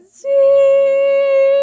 see